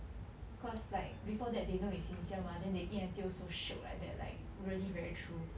cause like before that they know is sincere mah then they eat until so shiok like that like really very true